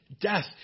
death